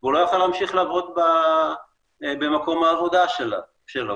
והוא לא יכל להמשיך לעבוד במקום העבודה שלו.